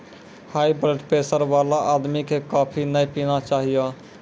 high blood pressure वाला आदमी कॅ कॉफी नय पीना चाहियो